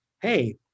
hey